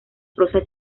prosa